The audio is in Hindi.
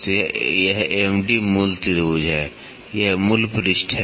तो यह md मूल त्रिभुज है यह मूल पृष्ठ है